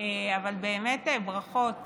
אבל באמת ברכות